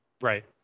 Right